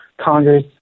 Congress